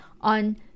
on